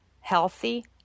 healthy